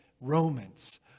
Romans